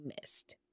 missed